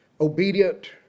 obedient